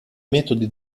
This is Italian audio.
metodi